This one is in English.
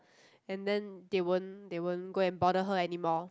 and then they won't they won't go and bother her anymore